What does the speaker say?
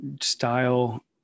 style